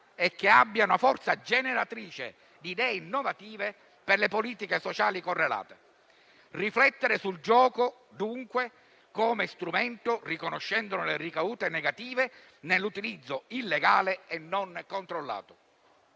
e che abbia una forza generatrice di idee innovative per le politiche sociali correlate. Riflettere sul gioco, dunque, come strumento, riconoscendone le ricadute negative nell'utilizzo illegale e non controllato.